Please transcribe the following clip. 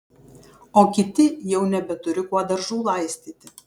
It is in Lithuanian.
o kiti jau nebeturi kuo daržų laistyti